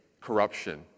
corruption